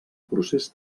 procés